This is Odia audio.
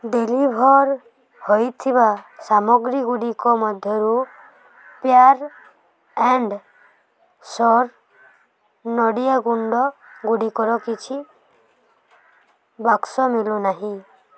ଡେଲିଭର୍ ହୋଇଥିବା ସାମଗ୍ରୀ ଗୁଡ଼ିକ ମଧ୍ୟରୁ ପିଓର୍ ଆଣ୍ଡ୍ ଶୋର୍ ନଡ଼ିଆ ଗୁଣ୍ଡ ଗୁଡ଼ିକର କିଛି ବାକ୍ସ ମିଳୁନାହିଁ